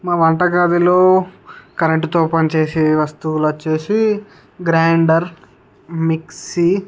మా వంట గదిలో కరెంటుతో పని చేసే వస్తువుల వచ్చి గ్రైండర్ మిక్సీ